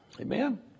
Amen